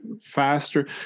faster